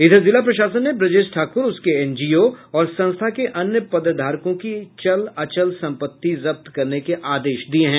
इधर जिला प्रशासन ने ब्रजेश ठाकुर उसके एनजीओ और संस्था के अन्य पदधारकों की चल अचल संपत्ति जब्त करने के आदेश दिये हैं